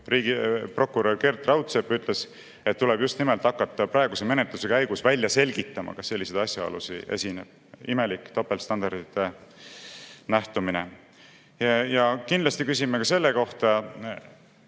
riigiprokurör Gerd Raudsepp ütles, et tuleb just nimelt hakata praeguse menetluse käigus välja selgitama, kas selliseid asjaolusid esineb. Imelik topeltstandardite nähtumine. Ja kindlasti küsime ka selle kohta,